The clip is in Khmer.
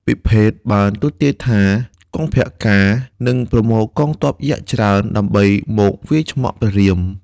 ពិភេកបានទស្សន៍ទាយថា កុម្ពកាណ៍ នឹងប្រមូលកងទ័ពយក្សច្រើន ដើម្បីមកវាយឆ្មក់ព្រះរាម ។